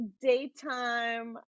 daytime